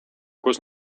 kus